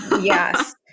Yes